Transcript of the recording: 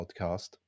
podcast